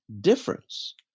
difference